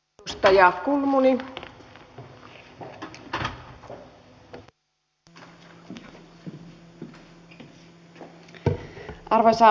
arvoisa rouva puhemies